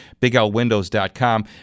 biglwindows.com